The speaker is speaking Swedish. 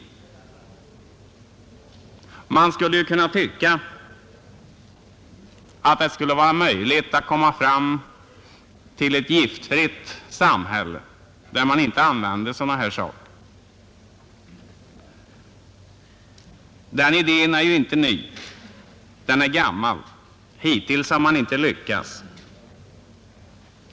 Man skulle ju kunna tycka att det skulle vara möjligt att komma fram till ett giftfritt samhälle där inte sådana här saker används. Den idén är ju inte ny. Den är gammal. Hittills har man inte lyckats.